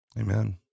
Amen